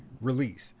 release